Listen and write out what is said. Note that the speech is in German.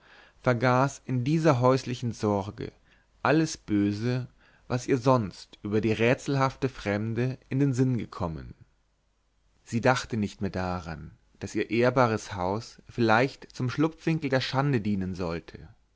vergaß in dieser häuslichen sorge alles böse was ihr sonst über die rätselhafte fremde in den sinn gekommen sie dachte nicht mehr daran daß ihr ehrbares haus vielleicht zum schlupfwinkel der schande dienen sollte